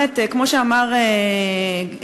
כמו שאמר גפני,